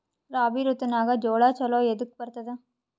ರಾಬಿ ಋತುನಾಗ್ ಜೋಳ ಚಲೋ ಎದಕ ಬರತದ?